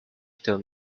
still